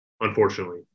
unfortunately